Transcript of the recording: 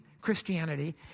Christianity